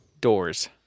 doors